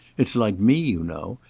it's like me, you know.